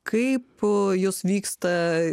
kaip o jos vyksta